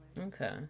Okay